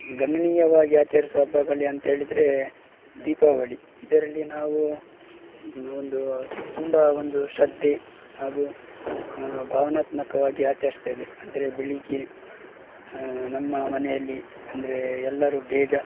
ಗಣನೀಯವಾಗಿ ಆಚರಿಸುವ ಹಬ್ಬಗಳು ಅಂಥೇಳಿದ್ರೆ ದೀಪಾವಳಿ ಇದರಲ್ಲಿ ನಾವು ಒಂದು ತುಂಬ ಒಂದು ಶ್ರದ್ಧೆ ಹಾಗೂ ಭಾವನಾತ್ಮಕವಾಗಿ ಆಚರಿಸ್ತೇವೆ ಅಂದರೆ ಬೆಳಗ್ಗೆ ನಮ್ಮ ಮನೆಯಲ್ಲಿ ಅಂದರೆ ಎಲ್ಲರೂ ಬೇಗ